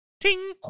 Ting